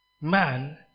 man